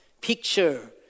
picture